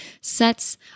sets